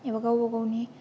एबा गावबा गावनि